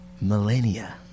millennia